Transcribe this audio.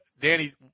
Danny